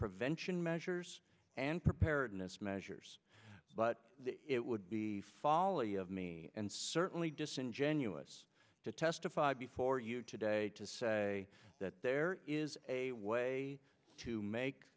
prevention measures and preparedness measures but it would be folly of me and certainly disingenuous to testify before you today to say that there is a way to make